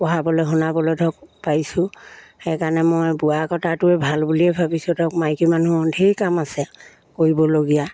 পঢ়াবলৈ শুনাবলৈ ধৰক পাৰিছোঁ সেইকাৰণে মই বোৱা কটাটোৱে ভাল বুলিয়ে ভাবিছোঁ ধৰক মাইকী মানুহৰ ধেৰ কাম আছে কৰিবলগীয়া